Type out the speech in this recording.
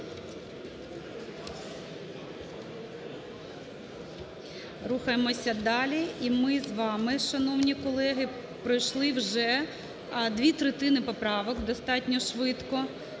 Рухаємося далі. І ми з вами, шановні колеги, пройшли вже дві третини поправок достатньо швидко